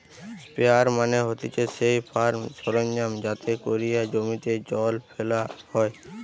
sprayer মানে হতিছে সেই ফার্ম সরঞ্জাম যাতে কোরিয়া জমিতে জল ফেলা হয়